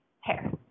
hair